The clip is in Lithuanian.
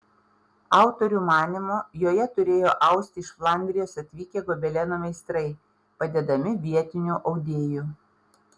autorių manymu joje turėjo austi iš flandrijos atvykę gobeleno meistrai padedami vietinių audėjų